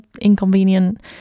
inconvenient